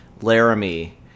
Laramie